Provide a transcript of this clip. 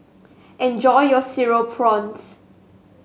enjoy your Cereal Prawns